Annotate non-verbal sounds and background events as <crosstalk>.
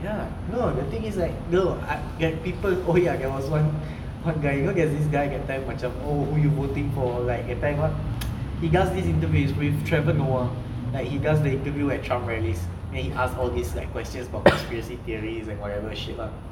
ya no the thing is like no I that people oh ya there was one one guy you know there's this guy that time macam oh who you voting for like that time what <noise> he does these interviews with trevor noah like he does these interview at trump rallies and ask all these questions about conspiracy theories and whatever shit lah